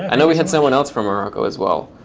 and know we had someone else from morocco as well.